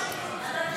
שופרות של ארגון טרור.